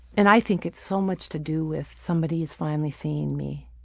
and i think it's so much to do with somebody's finally seeing me.